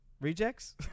rejects